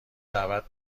دعوت